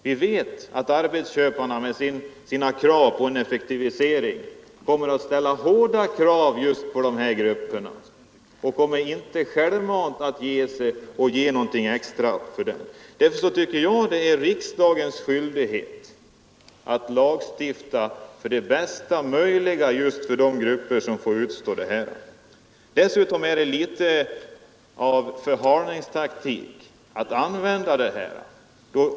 Vi vet att arbetsköparna med sina önskemål om en effektivisering kommer att ställa hårda krav just på de här grupperna och inte självmant kommer att ge något extra åt dem. Därför tycker jag att det är riksdagens skyldighet att lagstifta om bästa möjliga villkor just för de grupper som får utstå allt det här. Dessutom ligger det litet av förhalningstaktik i utskottets resonemang.